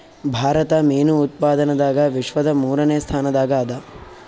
ಭಾರತ ಮೀನು ಉತ್ಪಾದನದಾಗ ವಿಶ್ವದ ಮೂರನೇ ಸ್ಥಾನದಾಗ ಅದ